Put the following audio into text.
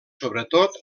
sobretot